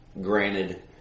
granted